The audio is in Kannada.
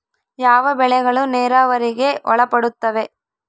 ಯಾವ ಬೆಳೆಗಳು ನೇರಾವರಿಗೆ ಒಳಪಡುತ್ತವೆ?